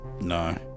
No